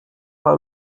bei